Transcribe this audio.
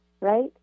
right